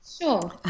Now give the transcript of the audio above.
sure